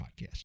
podcast